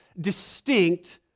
distinct